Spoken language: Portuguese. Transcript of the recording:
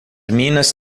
minas